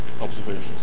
observations